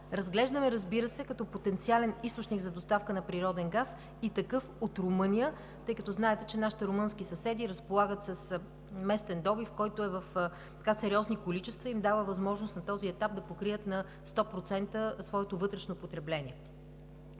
Разглеждаме, разбира се, като потенциален източник за доставка на природен газ и такъв от Румъния, тъй като, знаете, нашите румънски съседи разполагат с местен добив, който е в сериозни количества и им дава възможност на този етап да покрият на сто процента своето вътрешно потребление.